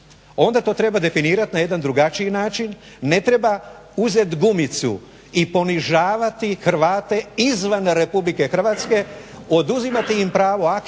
Onda to treba definirati na jedan drugačiji način. Ne treba uzet gumicu i ponižavati Hrvate izvan RH, oduzimati im pravo aktivnom